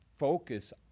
focus